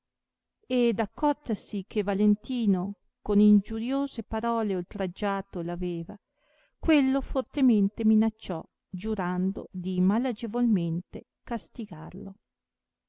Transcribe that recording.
sì ed accortasi che valentino con ingiuriose parole oltraggiato l aveva quello fortemente minacciò giurando di malagevolmente castigarlo